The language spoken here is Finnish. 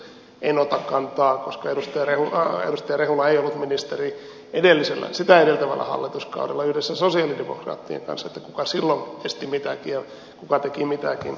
en ota kantaa koska edustaja rehula ei ollut ministeri sitä edeltävällä hallituskaudella yhdessä sosialidemokraattien kanssa kuka silloin esti mitäkin ja kuka teki mitäkin